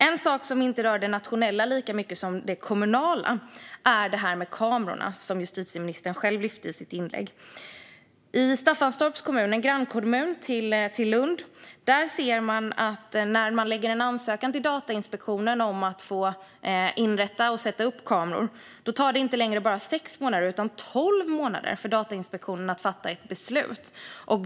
En sak som inte rör det nationella lika mycket som det kommunala är det här med kamerorna, som justitieministern själv lyfte fram i sitt inlägg. I Staffanstorps kommun, en grannkommun till Lund, ser man att när man lägger in en ansökan till Datainspektionen om att få inrätta och sätta upp kameror tar det inte längre bara sex månader utan tolv månader för Datainspektionen att fatta ett beslut.